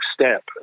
step